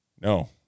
no